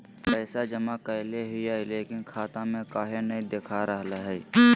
पैसा जमा कैले हिअई, लेकिन खाता में काहे नई देखा रहले हई?